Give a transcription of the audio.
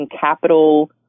capital